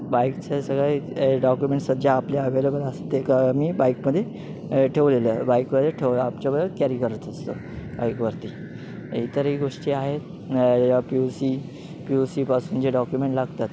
ब बाईकचे सगळे डॉक्युमेंट्स ज्या आपल्या अवेलेबल असतात ते मी बाईकमध्ये ठेवलेले बाईकवर ठेव आपल्यावर कॅरी करत असतो बाईकवरती इतरही गोष्टी आहेत P U C P U सीपासून जे डॉक्युमेंट लागतात